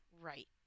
Right